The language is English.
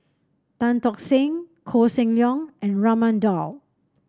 Tan Tock Seng Koh Seng Leong and Raman Daud